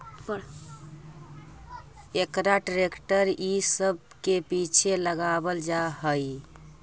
एकरा ट्रेक्टर इ सब के पीछे लगावल जा हई